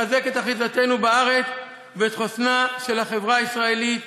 לחזק את אחיזתנו בארץ ואת חוסנה של החברה הישראלית,